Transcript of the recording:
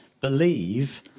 believe